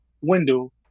window